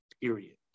period